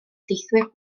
teithwyr